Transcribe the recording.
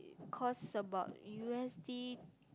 cost about U_S_D